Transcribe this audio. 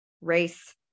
race